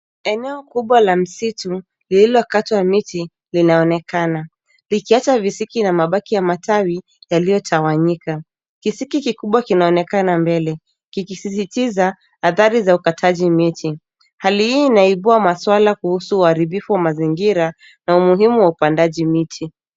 Eneo kubwa la msitu lililokatwa miti linaonekana. Likiacha visiki na mabaki ya matawi yaliyotawanyika. Kisiki kikubwa kinaonekana mbele, kikisistiza hatari za ukataji miti. Hali hii inaibua masuala kuhusu uharibifu wa mazingira na umuhimu wa upandaji miti.